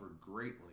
greatly